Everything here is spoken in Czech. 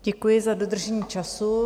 Děkuji za dodržení času.